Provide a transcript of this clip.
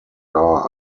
are